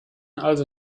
also